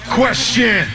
question